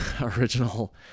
original